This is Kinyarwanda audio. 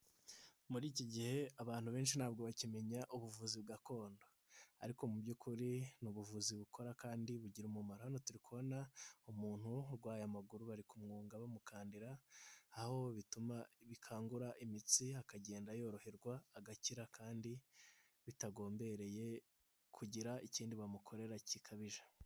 Muri iki gihe abantu benshi ntabwo bakimenya ubuvuzi gakondo, ariko mu by'ukuri ni ubuvuzi bukora kandi bugira umumaro. Hano turi kubona umuntu urwaye amaguru, bari kumwunga bamukandira aho bikangura imitsi akagenda yoroherwa agakira kandi bitagombereye kugira ikindi bamukorera gikabije.